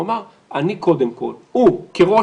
הוא אמר, אני קודם כל, הוא כראש